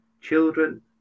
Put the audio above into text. children